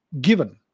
given